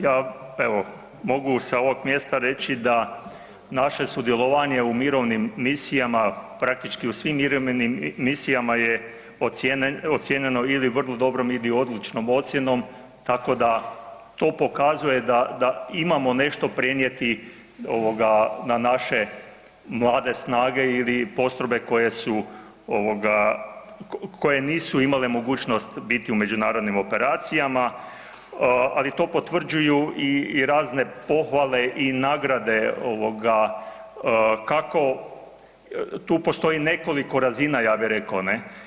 Ja evo mogu sa ovog mjesta reći da naše sudjelovanje u mirovnim misijama, praktički u svim mirovnim misijama je ocjenjenom ili vrlo dobrom ili odličnom ocjenom, tako da to pokazuje da imamo nešto prenijeti na naše mlade snage ili postrojbe koje su, koje nisu imale mogućnost biti u međunarodnim operacijama, ali to potvrđuju i razne pohvale i nagrade kako tu postoji nekoliko razina, ja bih rekao, ne?